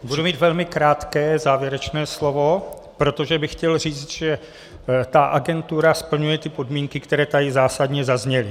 Budu mít velmi krátké závěrečné slovo, protože bych chtěl říct, že ta agentura splňuje ty podmínky, které tady zásadně zazněly.